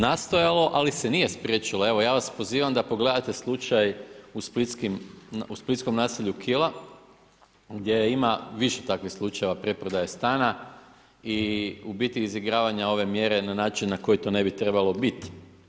Nastojalo, ali se nije spriječilo, evo ja vas pozivam da pogledate slučaj u splitskom naselju Kila gdje ima više takvih slučajeva preprodaje stana i u biti izigravanje ove mjere, na način na koji to ne bi trebalo biti.